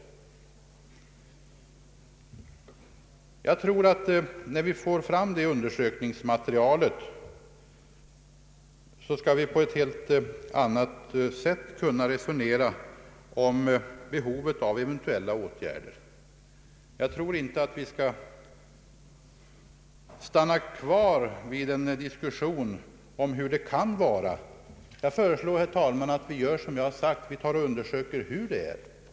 När vi får fram ett ordentligt undersökningsmaterial kan vi på ett helt annat sätt resonera om behovet av eventuella åtgärder. Vi skall inte fastna i en diskussion om hur det kan vara. Jag föreslår, herr talman, att vi gör som jag har sagt och först undersöker hur förhållandena är på detta område.